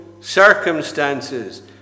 circumstances